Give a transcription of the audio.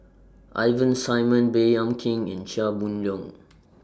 Ivan Simson Baey Yam Keng and Chia Boon Leong